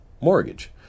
mortgage